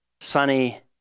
sunny